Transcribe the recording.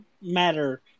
matter